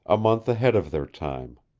a month ahead of their time.